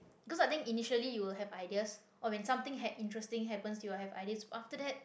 cause I think initially you will have ideas or when something ha~ interesting happens you will have ideas but after that